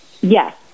Yes